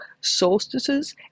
solstices